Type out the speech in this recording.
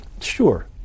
sure